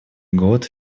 год